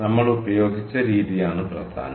നമ്മൾ ഉപയോഗിച്ച രീതിയാണ് പ്രധാനം